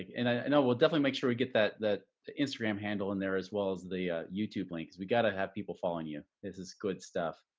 and i know we'll definitely make sure we get that, that instagram handle in there as well as the youtube like we gotta have people following you. this is good stuff.